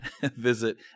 Visit